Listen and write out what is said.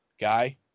guy